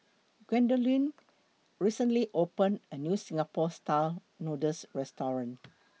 Gwendolyn recently opened A New Singapore Style Noodles Restaurant